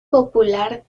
popular